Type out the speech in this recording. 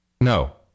No